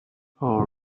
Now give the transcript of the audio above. all